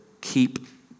keep